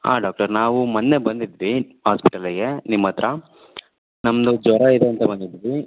ಆಂ doctor ನಾವು ಮೊನ್ನೆ ಬಂದಿದ್ವಿ ಆಸ್ಪಿಟಲ್ಲಿಗೆ ನಿಮ್ಮ ಹತ್ರ ನಮ್ಮದು ಜ್ವರ ಇದೆ ಅಂತ ಬಂದಿದ್ವಿ